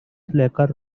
slacker